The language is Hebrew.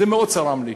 זה מאוד צרם לי.